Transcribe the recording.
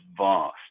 vast